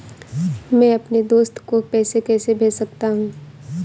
मैं अपने दोस्त को पैसे कैसे भेज सकता हूँ?